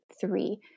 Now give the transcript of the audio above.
three